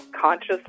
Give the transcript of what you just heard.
conscious